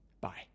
Bye